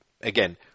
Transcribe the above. again